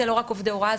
זה לא רק עובדי הוראה,